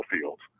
fields